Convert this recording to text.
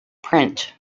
print